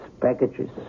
packages